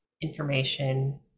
information